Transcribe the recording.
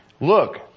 Look